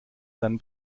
seinen